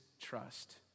trust